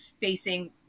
facing